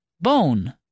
bone